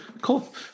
Cool